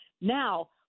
Now